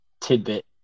tidbit